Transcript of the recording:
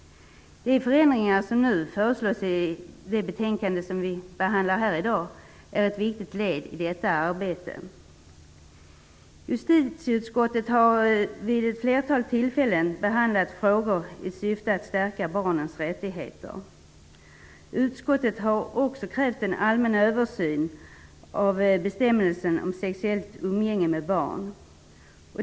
De förändringar som föreslås i det betänkande som vi behandlar i dag är ett viktigt led i detta arbete. Justitieutskottet har vid ett flertal tillfällen behandlat frågor i syfte att stärka barnens rättigheter. Utskottet har också krävt en allmän översyn av bestämmelsen om sexuellt umgänge med barn.